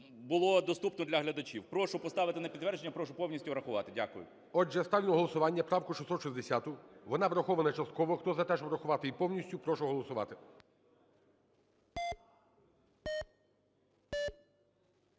було доступно для глядачів. Прошу поставити на підтвердження. Прошу повністю врахувати. Дякую. ГОЛОВУЮЧИЙ. Отже, ставлю на голосування правку 660, вона врахована частково. Хто за те, щоб врахувати її повністю, прошу голосувати.